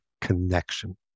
connection